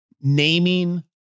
naming